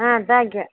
ah thank you